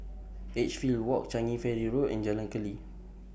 Edgefield Walk Changi Ferry Road and Jalan Keli